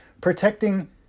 protecting